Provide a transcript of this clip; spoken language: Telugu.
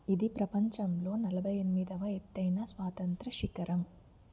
ఇది ప్రపంచంలో నలభై ఎనిమిదవ ఎత్తైన స్వాతంత్ర శిఖరం